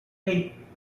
hey